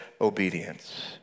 obedience